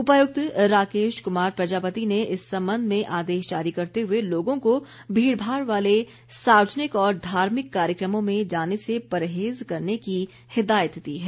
उपायुक्त राकेश कुमार प्रजापति ने इस संबंध में आदेश जारी करते हुए लोगों को भीड़भाड़ वाले सार्वजनिक और धार्मिक कार्यक्रमों में जाने से परहेज़ करने की हिदायत दी है